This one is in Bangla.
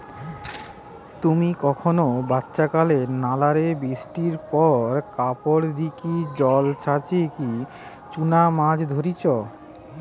তুমি কখনো বাচ্চাকালে নালা রে বৃষ্টির পর কাপড় দিকি জল ছাচিকি চুনা মাছ ধরিচ?